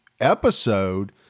episode